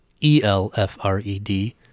E-L-F-R-E-D